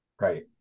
Right